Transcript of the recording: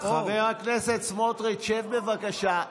חבר הכנסת סמוטריץ', שב בבקשה.